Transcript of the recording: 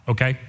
Okay